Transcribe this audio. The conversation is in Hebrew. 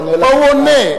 פה הוא עונה.